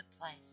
place